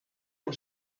rób